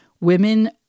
women